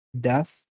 death